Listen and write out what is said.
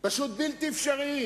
פשוט בלתי אפשריים,